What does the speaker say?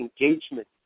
engagement